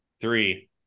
Three